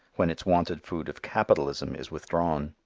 when its wonted food of capitalism is withdrawn.